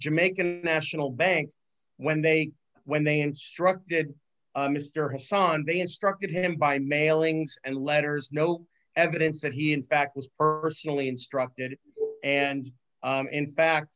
jamaican national bank when they when they instructed mr hasan they instructed him by mailings and letters no evidence that he in fact was urgently instructed and in fact